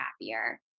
happier